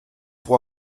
pour